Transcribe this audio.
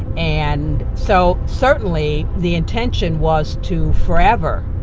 and so certainly, the intention was to forever,